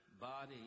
body